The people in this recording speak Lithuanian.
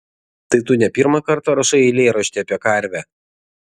tai tu ne pirmą kartą rašai eilėraštį apie karvę